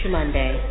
Monday